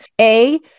A-